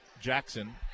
Jackson